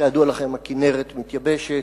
כידוע לכם, הכינרת מתייבשת,